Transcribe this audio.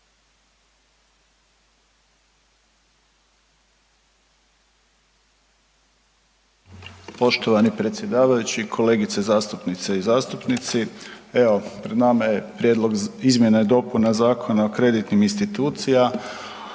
Poštovani predsjedavajući, kolegice zastupnice i zastupnici, evo pred nama je Prijedlog izmjena i dopuna Zakona o kreditnim institucijama,